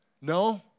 No